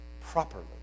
properly